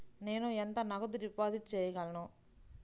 నేను ఎంత నగదు డిపాజిట్ చేయగలను?